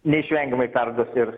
neišvengiamai perduos ir